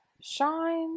shine